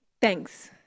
Thanks